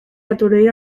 aturdir